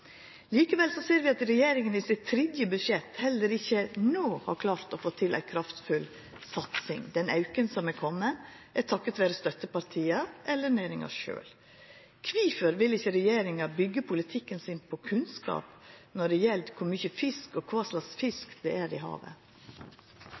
Likevel ser vi at regjeringa heller ikkje i sitt tredje budsjett har klart å få til ei kraftfull satsing. Den auken som er komen, er takk vera støttepartia eller næringa sjølv. Kvifor vil ikkje regjeringa byggja politikken sin på kunnskap når det gjeld kor mykje fisk og kva slags